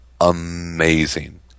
amazing